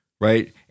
right